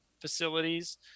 facilities